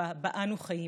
התקופה שבה אנו חיים,